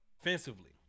Offensively